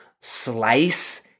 slice